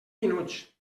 minuts